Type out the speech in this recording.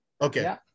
Okay